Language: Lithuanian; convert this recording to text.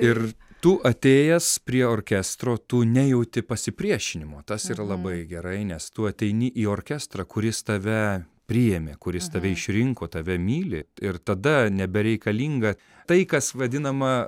ir tu atėjęs prie orkestro tu nejauti pasipriešinimo tas yra labai gerai nes tu ateini į orkestrą kuris tave priėmė kuris tave išrinko tave myli ir tada nebereikalinga tai kas vadinama